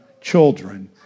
children